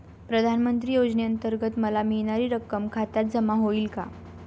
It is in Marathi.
प्रधानमंत्री योजनेअंतर्गत मला मिळणारी रक्कम खात्यात जमा होईल का?